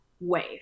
wave